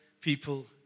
people